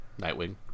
Nightwing